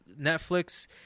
Netflix